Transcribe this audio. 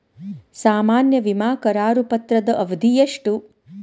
ಸಾಮಾನ್ಯ ವಿಮಾ ಕರಾರು ಪತ್ರದ ಅವಧಿ ಎಷ್ಟ?